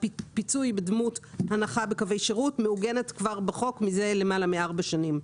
הפיצוי בדמות הנחה בקווי שירות מעוגן כבר בחוק מזה למעלה מארבע שנים.